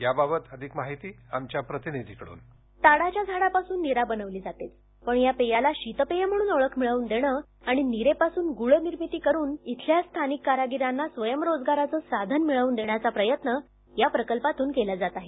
याबाबत अधिक माहिती आमच्या प्रतिनिधीकडून ताडाच्या झाडापासून नीरा बनवली जातेच पण या पेयाला शीतपेय म्हणून ओळख मिळवून देण आणि नीरेपासून गुळ निर्मिती करून इथल्या स्थानिक कारागिरांना स्वयंरोजगाराचं साधन मिळवून देण्याचा प्रयत्न या प्रकल्पातून केला जात आहे